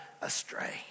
astray